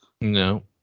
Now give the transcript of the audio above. No